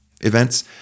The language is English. events